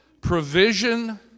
Provision